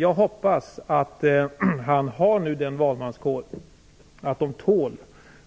Jag hoppas att han nu har den valmanskår att den